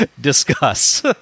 Discuss